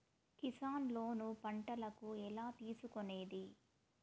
Kisan loan పంటలకు ఎలా తీసుకొనేది?